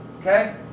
Okay